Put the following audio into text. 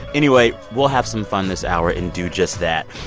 anyway, we'll have some fun this hour and do just that.